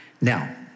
Now